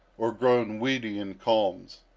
or grown weedy in calms.